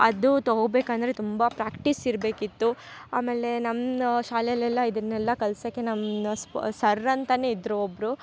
ಅದು ತಗೊಬೇಕಂದರೆ ತುಂಬ ಪ್ರ್ಯಾಕ್ಟಿಸ್ ಇರಬೇಕಿತ್ತು ಆಮೇಲೆ ನಮ್ಮ ಶಾಲೆಲೆಲ್ಲ ಇದನೆಲ್ಲ ಕಲ್ಸೋಕೆ ನಮ್ಮ ಸರ್ರ್ ಅಂತಾ ಇದ್ರು ಒಬ್ಬರು